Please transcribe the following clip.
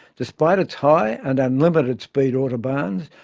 despite its high and unlimited speed autobahns,